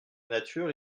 nature